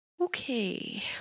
Okay